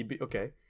Okay